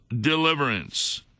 deliverance